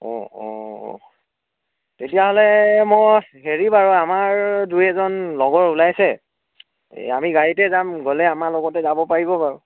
অ' অ' তেতিয়াহ'লে মই হেৰি বাৰু আমাৰ দুই এজন লগৰ ওলাইছে আমি গাড়ীতে যাম গ'লে আমাৰ লগতে যাব পাৰিব বাৰু